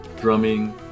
drumming